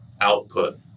output